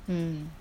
mm